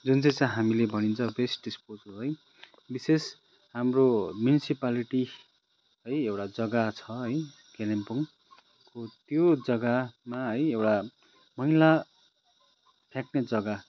जुन चाहिँ चाहिँ हामीले भनिन्छ वेस्ट डिस्पोजल है विशेष हाम्रो म्युन्सिपालिटी है एउटा जग्गा छ है कालिम्पोङको त्यो जग्गामा है एउटा मैला फ्याँक्ने जग्गा